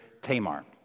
Tamar